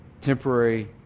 temporary